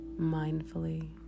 mindfully